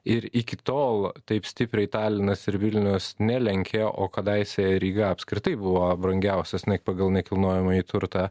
ir iki tol taip stipriai talinas ir vilnius nelenkė o kadaise ryga apskritai buvo brangiausias pagal nekilnojamąjį turtą